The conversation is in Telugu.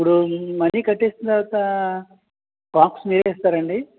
ఇప్పుడు మనీ కట్టేసిన తరువాత కాక్స్ మీరే ఇస్తారా అండి